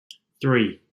three